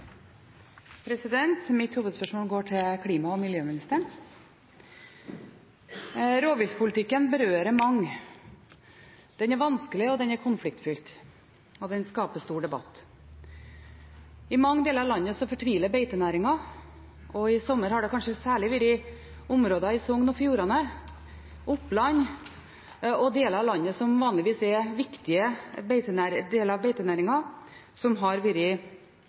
Mitt hovedspørsmål går til klima- og miljøministeren. Rovviltpolitikken berører mange. Den er vanskelig, den er konfliktfylt, og den skaper stor debatt. I mange deler av landet fortviler beitenæringen. I sommer var det kanskje særlig i områder i Sogn og Fjordane og i Oppland – deler av landet som vanligvis er en viktig del av beitenæringen – en var fortvilet. Det har